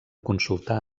consultar